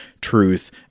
truth